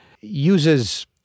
uses